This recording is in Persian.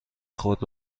خود